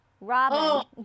Robin